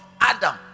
Adam